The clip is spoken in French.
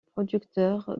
producteur